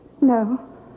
No